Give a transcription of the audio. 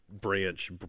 branch